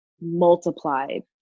multiplied